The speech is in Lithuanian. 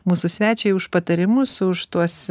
mūsų svečiui už patarimus už tuos